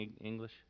English